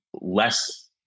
less